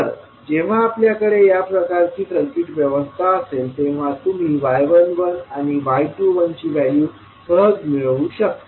तर जेव्हा आपल्याकडे या प्रकारची सर्किट व्यवस्था असेल तेव्हा तुम्ही y11आणि y21ची व्हॅल्यू सहज मिळवू शकता